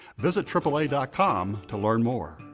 vist triple a dot com to learn more.